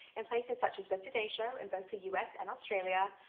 in places such as the today show, in both the us and australia,